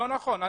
לא נכון.